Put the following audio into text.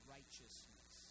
Righteousness